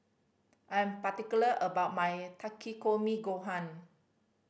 I am particular about my Takikomi Gohan